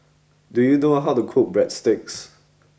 do you know how to cook Breadsticks